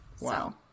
Wow